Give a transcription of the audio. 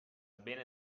bene